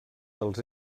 dels